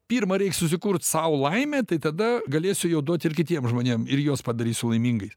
pirma reik susikurt sau laimę tai tada galėsiu jau duot ir kitiem žmonėm ir juos padarysiu laimingais